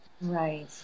right